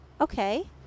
Okay